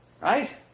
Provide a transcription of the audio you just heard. Right